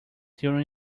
during